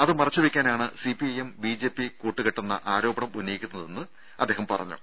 അത് മറച്ചുവെയ്ക്കാനാണ് CPIM BJP കൂട്ടുകെട്ടെന്ന ആരോപണം ഉന്നയിക്കുന്നതെന്ന് അദ്ദേഹം പറഞ്ഞു